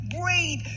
breathe